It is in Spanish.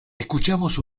escuchamos